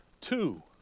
Two